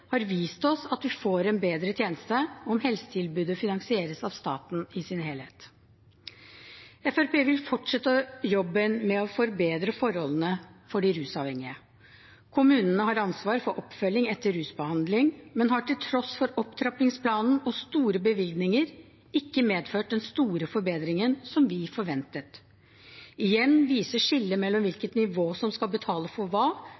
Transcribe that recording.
har vist oss at vi får en bedre tjeneste om helsetilbudet finansieres av staten i sin helhet. Fremskrittspartiet vil fortsette jobben med å forbedre forholdene for de rusavhengige. Kommunene har ansvar for oppfølging etter rusbehandling, men det har til tross for opptrappingsplanen og store bevilgninger ikke medført den store forbedringen som vi forventet. Igjen viser skillet mellom hvilket nivå som skal betale for hva,